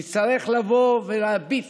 נצטרך לבוא ולהביט